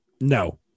No